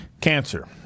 Cancer